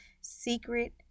Secret